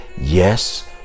yes